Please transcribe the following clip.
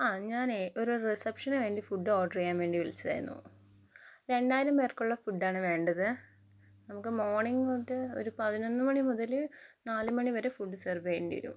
ആ ഞാനേ ഒരു റിസപ്ഷന് വേണ്ടി ഫുഡ് ഓർഡറെയ്യാൻ വേണ്ടി വിളിച്ചതായിരുന്നു രണ്ടായിരം പേർക്കുള്ള ഫുഡാണ് വേണ്ടത് നമുക്ക് മോർണിംഗ് തൊട്ട് ഒരു പതിനൊന്ന് മണി മുതല് നാല് മണി വരെ ഫുഡ് സെർവെയ്യണ്ടി വരും